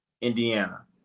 Indiana